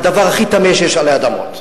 הדבר הכי טמא שיש עלי אדמות.